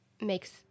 makes